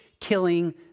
killing